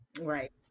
Right